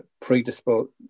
predisposed